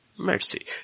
Mercy